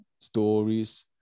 stories